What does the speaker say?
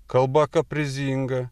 kalba kaprizinga